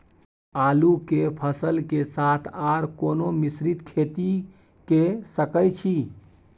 आलू के फसल के साथ आर कोनो मिश्रित खेती के सकैछि?